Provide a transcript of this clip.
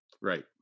Right